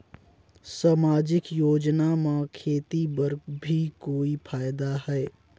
समाजिक योजना म खेती बर भी कोई फायदा है?